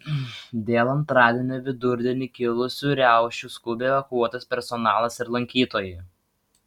dėl antradienio vidurdienį kilusių riaušių skubiai evakuotas personalas ir lankytojai